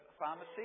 pharmacy